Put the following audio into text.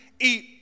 eat